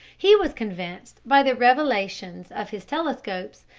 he was convinced by the revelations of his telescopes,